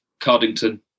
cardington